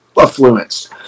affluence